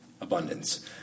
Abundance